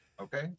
Okay